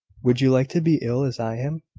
would you like to be ill as i am?